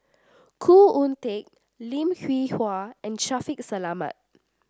Khoo Oon Teik Lim Hwee Hua and Shaffiq Selamat